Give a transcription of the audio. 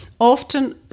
often